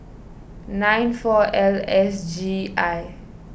nine four L S G I